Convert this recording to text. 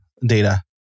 data